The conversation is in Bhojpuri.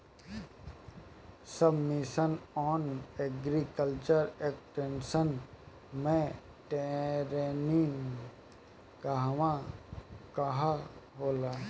सब मिशन आन एग्रीकल्चर एक्सटेंशन मै टेरेनीं कहवा कहा होला?